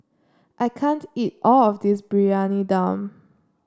I can't eat all of this Briyani Dum